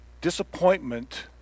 Disappointment